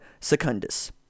secundus